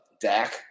Dak